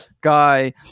guy